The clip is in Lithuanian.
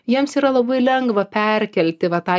jiems yra labai lengva perkelti va tą